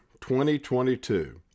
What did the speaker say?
2022